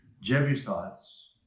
Jebusites